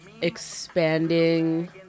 expanding